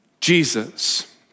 Jesus